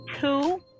two